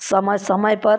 समय समय पर